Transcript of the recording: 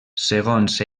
segons